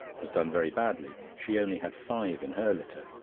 has done very badly. she only had five in her litter.